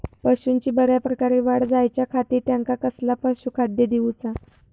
पशूंची बऱ्या प्रकारे वाढ जायच्या खाती त्यांका कसला पशुखाद्य दिऊचा?